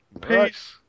Peace